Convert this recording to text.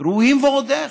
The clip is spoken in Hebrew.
ראויים ועוד איך.